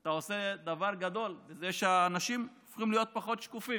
אתה עושה דבר גדול בזה שהאנשים הופכים להיות פחות שקופים,